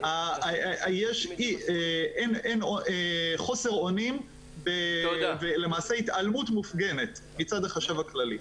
יש חוסר אונים ולמעשה התעלמות מופגנת מצד החשב הכללי.